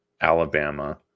Alabama